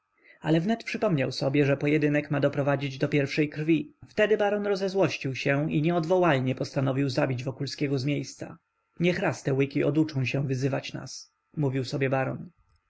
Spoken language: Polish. ale wnet przypomniał sobie że pojedynek ma doprowadzić do pierwszej krwi wtedy baron rozezłościł się i nieodwołalnie postanowił zabić wokulskiego z miejsca niech raz te łyki oduczą się wyzywać nas mówił sobie baron